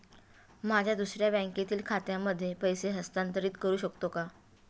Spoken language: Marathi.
माझ्या दुसऱ्या बँकेतील खात्यामध्ये पैसे हस्तांतरित करू शकतो का?